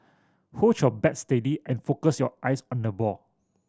hold your bat steady and focus your eyes on the ball